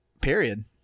period